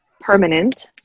permanent